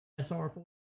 SR4